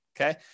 okay